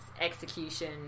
execution